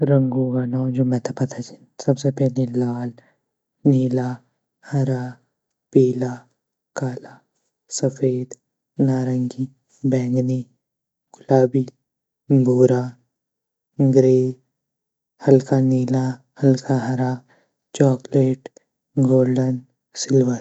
रंगु ग नौ जू मेता पता छीन सबसे पैली लाल, नीला, हरा, पीला, काला, सफ़ेद, नारंगी, बैंगनी, गुलाबी, भूरा, ग्रे, हल्का नीला, हल्का हरा, चॉकलेट, गोल्डन, सिल्वर।